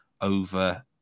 over